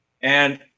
And-